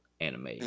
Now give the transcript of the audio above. anime